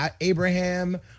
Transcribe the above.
Abraham